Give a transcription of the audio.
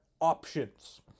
options